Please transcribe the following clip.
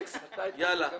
ממשיכים.